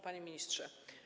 Panie Ministrze!